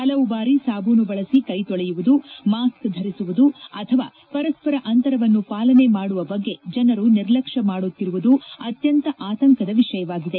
ಹಲವು ಬಾರಿ ಸಾಬೂನು ಬಳಸಿ ಕ್ಷೆ ತೊಳೆಯುವುದು ಮಾಸ್ನೆ ಧರಿಸುವುದು ಅಥವಾ ಪರಸ್ಪರ ಅಂತರವನ್ನು ಪಾಲನೆ ಮಾಡುವ ಬಗ್ಗೆ ಜನರು ನಿರ್ಲಕ್ಷ್ಮ ಮಾಡುತ್ತಿರುವುದು ಅತ್ಯಂತ ಆತಂಕದ ವಿಷಯವಾಗಿದೆ